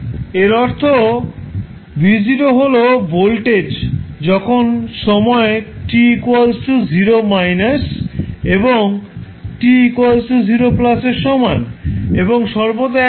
এর অর্থ V0 হল ভোল্টেজ যখন সময় t 0 এবং t 0 এর সমান এবং সর্বদা একই থাকে